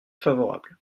favorable